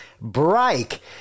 break